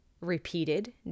repeated